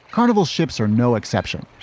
carnival ships are no exception